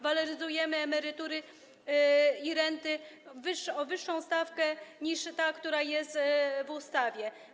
Waloryzujemy emerytury i renty o wyższą stawkę niż ta, która jest w ustawie.